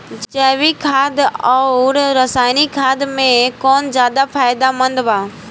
जैविक खाद आउर रसायनिक खाद मे कौन ज्यादा फायदेमंद बा?